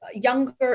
younger